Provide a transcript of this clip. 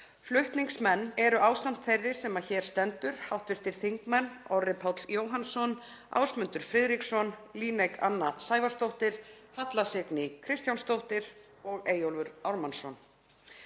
Flutningsmenn eru, ásamt þeirri sem hér stendur, hv. þingmenn Orri Páll Jóhannsson, Ásmundur Friðriksson, Líneik Anna Sævarsdóttir, Halla Signý Kristjánsdóttir og Eyjólfur Ármannsson.